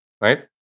right